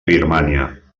birmània